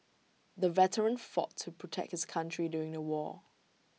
the veteran fought to protect his country during the war